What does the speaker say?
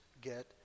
get